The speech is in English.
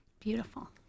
Beautiful